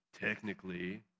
technically